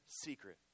secret